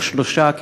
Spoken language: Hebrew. או 3 מיליון,